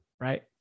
right